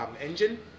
engine